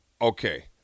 okay